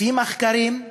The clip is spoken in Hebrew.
לפי מחקרים,